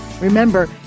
Remember